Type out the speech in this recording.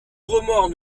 remords